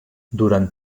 durant